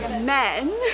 Men